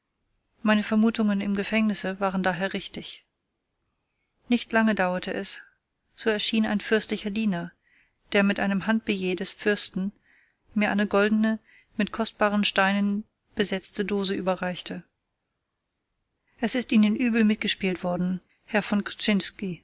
meine vermutungen im gefängnisse waren daher richtig nicht lange dauerte es so erschien ein fürstlicher diener der mit einem handbillet des fürsten mir eine goldene mit kostbaren steinen besetzte dose überreichte es ist ihnen übel mitgespielt worden herr von